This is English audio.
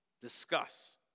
Discuss